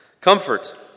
Comfort